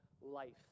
life